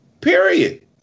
period